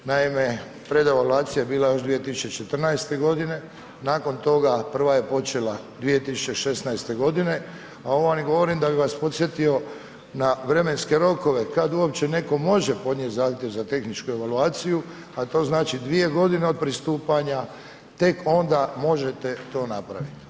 Naime, predevaluacija je bila još 2014. godine, nakon toga prva je počela 2016., a ovo vam i govorim da bi vas podsjetio na vremenske rokove kad uopće netko može podnijeti zahtjev za tehničku evaluaciju, a to znači 2 godine od pristupanja tek onda možete to napraviti.